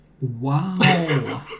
Wow